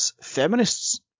feminists